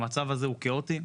המצב הזה הוא כאוטי,